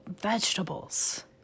vegetables